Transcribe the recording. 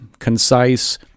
concise